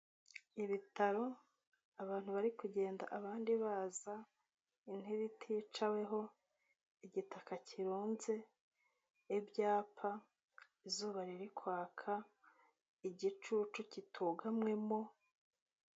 IObitaro, abantu bari kugenda abandi baza, intebe iticaweho, igitaka kirunze, ibyapa, izuba riri kwaka, igicucu kitugamwemo.